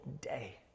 day